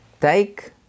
take